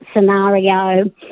scenario